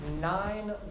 nine